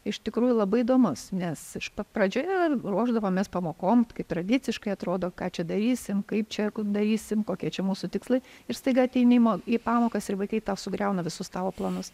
iš tikrųjų labai įdomus nes iš pat pradžioje ruošdavomės pamokom kaip tradiciškai atrodo ką čia darysim kaip čia darysime kokie čia mūsų tikslai ir staiga ateini į pamokas ir vaikai tau sugriauna visus tavo planus